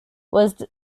was